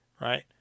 Right